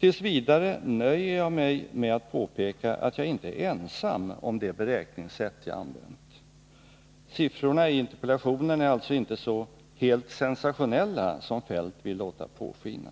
T. v. nöjer jag mig med att påpeka att jag inte är ensam om det beräkningssätt jag använt. Siffrorna i interpellationen är alltså inte så ”helt sensationella” som herr Feldt vill låta påskina.